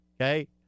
Okay